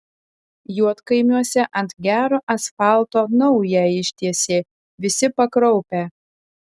juodkaimiuose ant gero asfalto naują ištiesė visi pakraupę